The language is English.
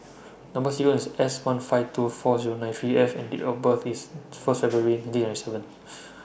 Number sequence IS S one five two four Zero nine three F and Date of birth IS First February nineteen ninety seven